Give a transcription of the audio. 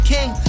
King